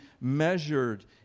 measured